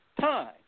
Time